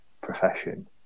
profession